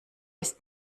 ist